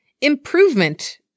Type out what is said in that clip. Improvement